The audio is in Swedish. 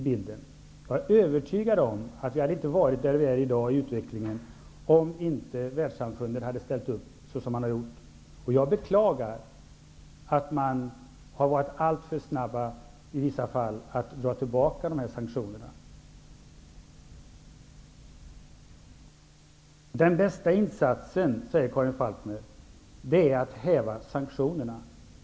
Jag är övertygad om att vi inte hade varit där vi är i dag i utvecklingen om inte världssamfundet hade ställt upp såsom det har gjort. Jag kan bara beklaga att man i vissa fall har varit alltför snabb med att dra tillbaka sanktionerna. Karin Falkmer säger att den bästa insatsen är att häva sanktionerna.